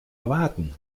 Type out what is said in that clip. erwarten